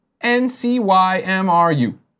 n-c-y-m-r-u